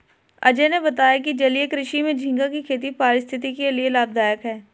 अजय ने बताया कि जलीय कृषि में झींगा की खेती पारिस्थितिकी के लिए लाभदायक है